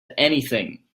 anything